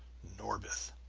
norbith!